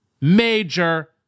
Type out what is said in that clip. major